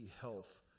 health